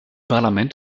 parlament